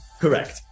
correct